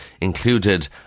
included